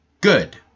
Good